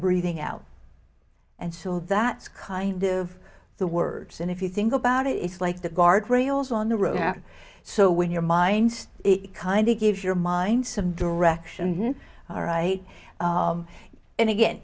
breathing out and so that's kind of the words and if you think about it it's like the guard rails on the road so when your mind it kind of gives your mind some direction all right and again